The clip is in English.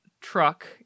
truck